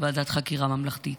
ועדת חקירה ממלכתית.